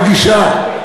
אם את היית מרגישה,